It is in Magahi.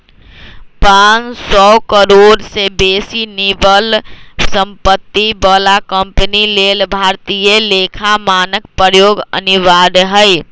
पांन सौ करोड़ से बेशी निवल सम्पत्ति बला कंपनी के लेल भारतीय लेखा मानक प्रयोग अनिवार्य हइ